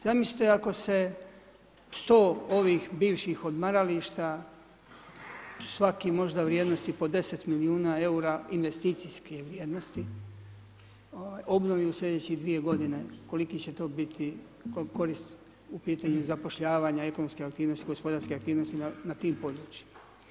Zamislite ako se 100 ovih bivših odmarališta svaki možda vrijednosti po 10 milijuna eura investicijske vrijednosti obnovi u slijedećih 2 godine, kolika će to biti korist u pitanju zapošljavanja, ekonomske, gospodarske aktivnosti na tim područjima.